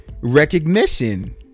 recognition